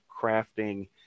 crafting